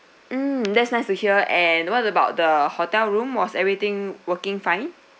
mm that's nice to hear and what about the hotel room was everything working fine